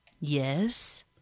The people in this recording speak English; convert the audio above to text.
Yes